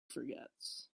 forgets